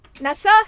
Nessa